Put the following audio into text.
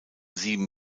sieben